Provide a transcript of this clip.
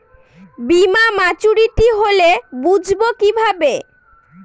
বীমা মাচুরিটি হলে বুঝবো কিভাবে?